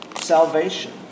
salvation